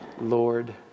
lord